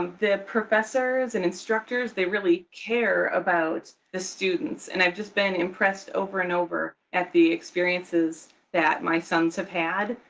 the professors and instructors, they really care about the students. and i've just been impressed over and over at the experiences that my sons have had,